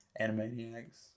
Animaniacs